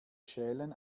schälen